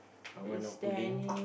I want not pulling